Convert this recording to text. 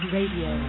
Radio